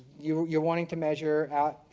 you you are wanting to measure out.